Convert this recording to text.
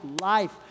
life